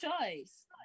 choice